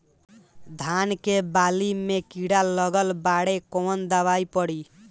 धान के बाली में कीड़ा लगल बाड़े कवन दवाई पड़ी?